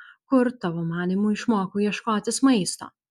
kur tavo manymu išmokau ieškotis maisto